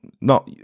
No